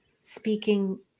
speaking